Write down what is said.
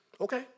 Okay